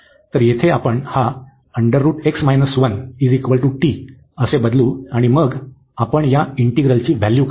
तर येथे आपण हा असे बदलू आणि मग आपण या इंटिग्रलची व्हॅल्यू काढू